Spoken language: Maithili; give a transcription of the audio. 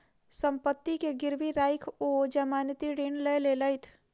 सम्पत्ति के गिरवी राइख ओ जमानती ऋण लय लेलैथ